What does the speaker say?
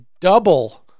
double